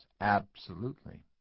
absolutely